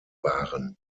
waren